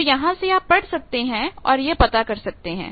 तो यहां से आप पढ़ सकते हैं और यह पता कर सकते हैं